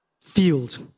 field